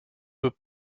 veut